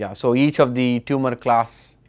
yeah so each of the tumour class,